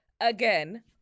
Again